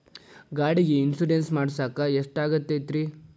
ಗಾಡಿಗೆ ಇನ್ಶೂರೆನ್ಸ್ ಮಾಡಸಾಕ ಎಷ್ಟಾಗತೈತ್ರಿ?